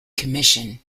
commission